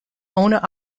owner